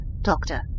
Doctor